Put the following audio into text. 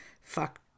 fuck